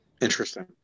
Interesting